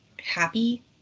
happy